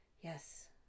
yes